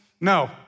No